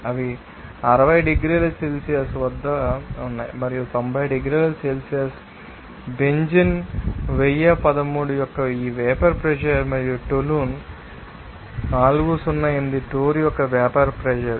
అవి 60 డిగ్రీల సెల్సియస్ వద్ద ఉన్నాయి మరియు 90 డిగ్రీల సెల్సియస్ బెంజీన్ 1013 యొక్క ఈ వేపర్ ప్రెషర్ మరియు టోలున్ 408 టోర్ యొక్క వేపర్ ప్రెషర్